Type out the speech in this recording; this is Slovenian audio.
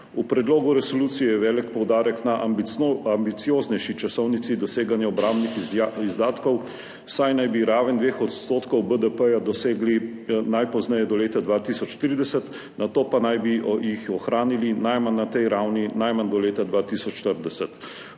V predlogu resolucije je velik poudarek na ambicioznejši časovnici doseganja obrambnih izdatkov, saj naj bi raven 2 % BDP dosegli najpozneje do leta 2040, nato pa naj bi jo ohranili najmanj na tej ravni najmanj do leta 2040.